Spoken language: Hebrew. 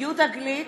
יהודה גליק,